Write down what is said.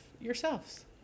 yourselves